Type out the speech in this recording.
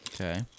Okay